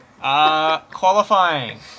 Qualifying